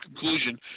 conclusion